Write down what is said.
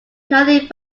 nothing